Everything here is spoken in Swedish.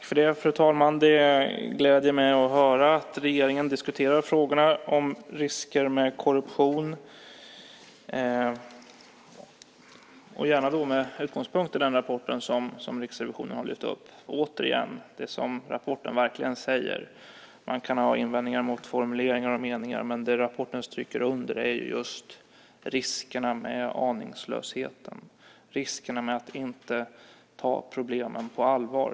Fru talman! Det gläder mig att höra att regeringen diskuterar frågorna om risker med korruption och gärna då med utgångspunkt i rapporten från Riksrevisionen. Återigen: Man kan ha invändningar mot formuleringar och meningar i rapporten, men det som stryks under i den är just riskerna med aningslösheten, riskerna med att inte ta problemen på allvar.